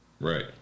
Right